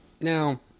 Now